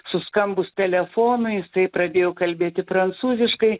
suskambus telefonui jisai pradėjo kalbėti prancūziškai